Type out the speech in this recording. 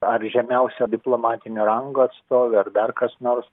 ar žemiausio diplomatinio rango atstovė ar dar kas nors